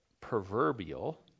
proverbial